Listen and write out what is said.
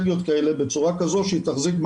אז בצורה מאוד פרואקטיבית אפשר לעשות את זה.